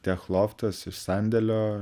tech loftas iš sandėlio